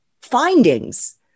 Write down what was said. findings